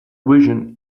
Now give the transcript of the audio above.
vision